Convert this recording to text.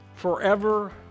forever